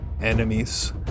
enemies